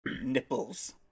Nipples